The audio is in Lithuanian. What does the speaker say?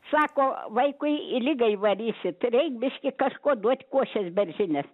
sako vaikui ligą įvarysit reik biškį kažko duot kuošės beržinės